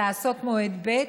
לעשות מועד ב',